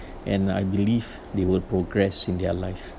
and I believe they will progress in their life